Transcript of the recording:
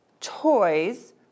toys